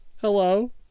hello